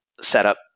setup